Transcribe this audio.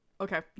Okay